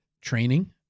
training